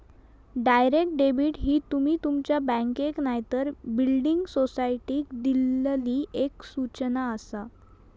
direct debit ही तुमी तुमच्या बँकेक नायतर बिल्डिंग सोसायटीक दिल्लली एक सूचना आसा